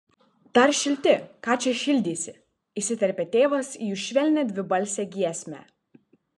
dar šilti ką čia šildysi įsiterpė tėvas į jų švelnią dvibalsę giesmę